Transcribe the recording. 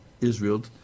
Israel